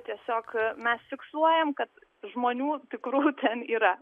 tiesiog mes fiksuojam kad žmonių tikrų ten yra